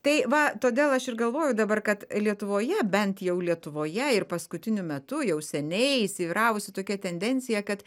tai va todėl aš ir galvoju dabar kad lietuvoje bent jau lietuvoje ir paskutiniu metu jau seniai įsivyravusi tokia tendencija kad